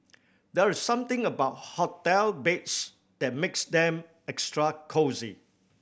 there is something about hotel beds that makes them extra cosy